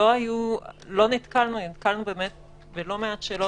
נתקלנו באמת בלא מעט שאלות,